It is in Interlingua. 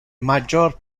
major